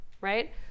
right